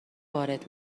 وارد